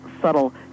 subtle